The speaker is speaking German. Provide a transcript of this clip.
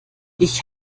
ich